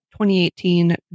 2018